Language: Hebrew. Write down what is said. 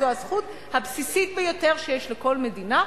זו הזכות הבסיסית ביותר שיש לכל מדינה,